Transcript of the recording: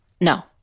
No